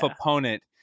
opponent